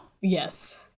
Yes